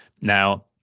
Now